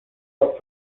auf